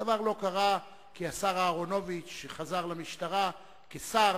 הדבר לא קרה כי השר אהרונוביץ חזר למשטרה כשר,